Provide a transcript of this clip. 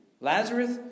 Lazarus